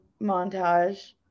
montage